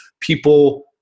people